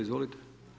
Izvolite.